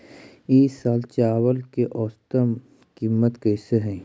ई साल चावल के औसतन कीमत कैसे हई?